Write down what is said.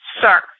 Sir